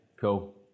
cool